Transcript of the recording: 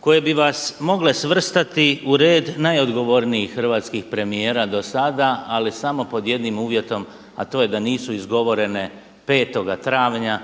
koje bi vas mogle svrstati u red najodgovornijih hrvatskih premijera do sada, ali samo pod jednim uvjetom, a to je da nisu izgovorene 5. travnja